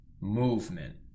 movement